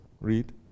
read